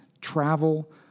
travel